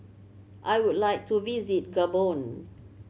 I would like to visit Gabon